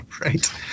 right